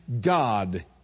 God